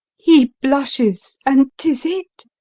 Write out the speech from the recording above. he blushes, and tis it.